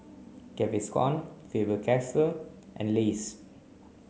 Gaviscon Faber Castell and Lays